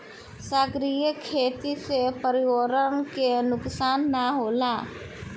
सागरीय खेती से पर्यावरण के नुकसान ना होला